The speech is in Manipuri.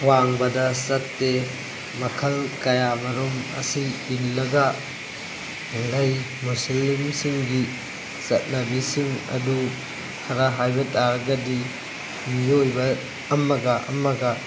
ꯋꯥꯡꯃꯗ ꯆꯠꯇꯦ ꯃꯈꯜ ꯀꯌꯥ ꯃꯔꯨꯝ ꯑꯁꯤ ꯏꯜꯂꯒ ꯂꯩ ꯃꯨꯁꯤꯂꯤꯝꯁꯤꯡꯒꯤ ꯆꯠꯅꯕꯤꯁꯤꯡ ꯑꯗꯨ ꯈꯔ ꯍꯥꯏꯕ ꯇꯥꯔꯒꯗꯤ ꯃꯤꯑꯣꯏꯕ ꯑꯃꯒ ꯑꯃꯒ